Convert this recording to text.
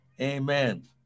Amen